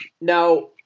Now